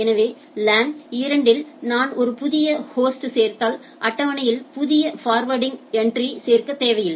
எனவே லேன் 2 இல் நான் ஒரு புதிய ஹோஸ்டைச் சேர்த்தால் அட்டவணையில் புதிய ஃபார்வர்டிங் என்ட்ரியை சேர்க்க தேவையில்லை